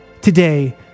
Today